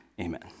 amen